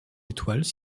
étoiles